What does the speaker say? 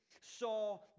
saw